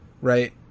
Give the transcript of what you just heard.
right